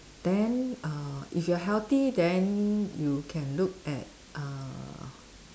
then uh if you're healthy then you can look at uh